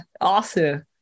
Awesome